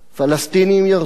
פלסטיניים-ירדניים,